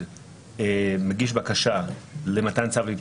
הסדרי חוב זה דבר חשוב מאוד,